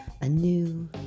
anew